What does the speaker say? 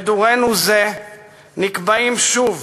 בדורנו זה נקבעים שוב